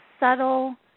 subtle